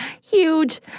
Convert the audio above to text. huge